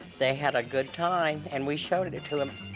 they had a good time, and we showed it it to them.